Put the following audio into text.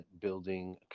building